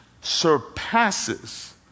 surpasses